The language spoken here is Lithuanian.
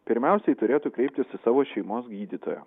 pirmiausiai turėtų kreiptis į savo šeimos gydytoją